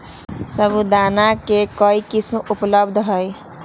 साबूदाना के कई किस्म उपलब्ध हई